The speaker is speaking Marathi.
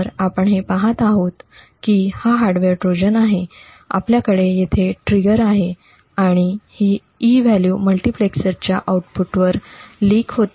तर आपण हे पहात आहोत की हा हार्डवेअर ट्रोजन आहे आपल्याकडे येथे ट्रिगर आहे आणि ही E व्हॅल्यू मल्टीप्लेक्सरच्या आउटपुटवर लीक होते